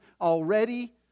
already